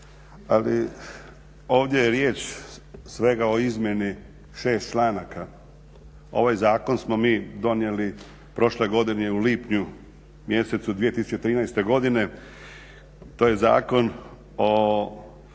Ali ovdje je riječ svega o izmjeni šest članaka. Ovaj zakon smo mi donijeli prošle godine u lipnju mjesecu 2013. godine. To je Zakon o